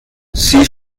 sie